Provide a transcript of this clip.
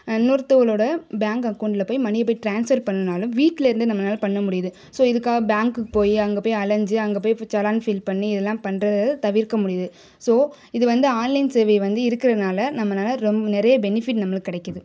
இன்னொருத்தொவங்ளோட bank அக்கவுண்ட்டில் போய் மனியை போய் ட்ரான்ஸ்ஃபர் பண்ணணுன்னாலும் வீட்டில் இருந்தே நம்மளால பண்ண முடியுது ஸோ இதுக்காக பேங்க்குக்கு போய் அங்கே போய் அலைஞ்சி அங்கே போய் செலான் ஃபில் பண்ணி இதெல்லாம் பண்ணுறது தவிர்க்க முடியுது ஸோ இது வந்து ஆன்லைன் சேவை வந்து இருக்கறதுனால நம்மளால நிறைய பெனிஃபிட் நம்மளுக்கு கெடைக்குது